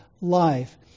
life